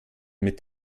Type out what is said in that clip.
mit